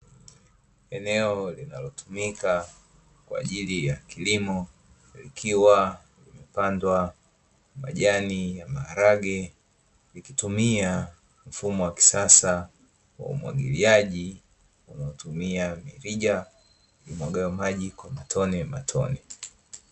Eneo linalotumika kwa ajili ya kilimo, likiwa limepandwa majani ya maharage, likitumia mfumo wa kisasa wa umwagiliaji unaotumia mirija imwagayo maji kwa matonematone.